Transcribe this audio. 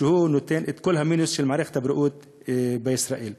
שגורם לכל המינוס של מערכת הבריאות בישראל.